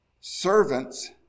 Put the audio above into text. servants